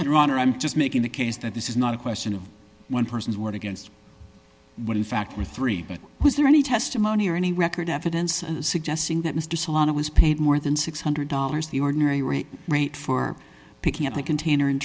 iran or i'm just making the case that this is not a question of one person's word against what in fact were three but was there any testimony or any record evidence suggesting that mr salana was paid more than six hundred dollars the ordinary rate rate for picking up the container and